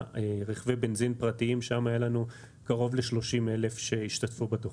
שם היו לנו קרוב ל-30,000 שהשתתפו בתוכנית.